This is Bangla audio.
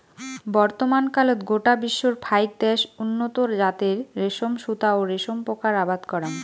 বর্তমানকালত গোটা বিশ্বর ফাইক দ্যাশ উন্নত জাতের রেশম সুতা ও রেশম পোকার আবাদ করাং